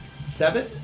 seven